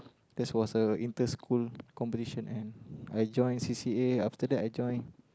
there's was a inter school competition and I join c_c_a after that I join